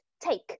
take